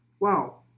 wow